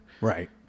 Right